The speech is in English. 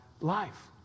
life